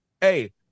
Hey